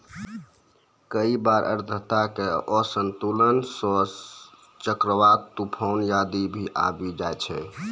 कई बार आर्द्रता के असंतुलन सं चक्रवात, तुफान आदि भी आबी जाय छै